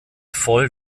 voll